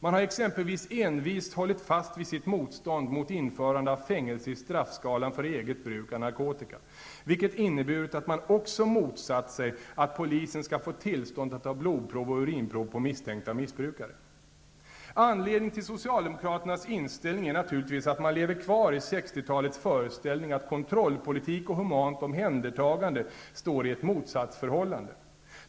Man har exempelvis envist hållit fast vid sitt motstånd mot införande av fängelse i straffskalan för eget bruk av narkotika, vilket inneburit att man också motsatt sig att polisen skall få tillstånd att ta blodprov och urinprov på misstänkta missbrukare. Anledningen till socialdemokraternas inställning är naturligtvis att man lever kvar i 60-talets föreställning att kontrollpolitik och humant omhändertagande står i ett motsatsförhållande.